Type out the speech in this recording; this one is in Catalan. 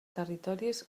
territoris